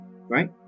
Right